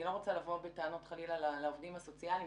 אני לא רוצה לבוא בטענות לעובדים הסוציאליים,